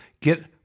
Get